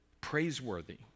Praiseworthy